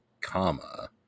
comma